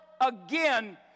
again